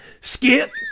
Skip